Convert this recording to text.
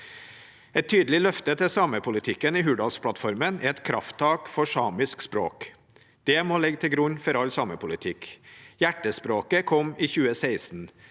Et tydelig løfte til samepolitikken i Hurdalsplattformen er et krafttak for samisk språk. Det må ligge til grunn for all samepolitikk. Hjertespråket kom i 2016.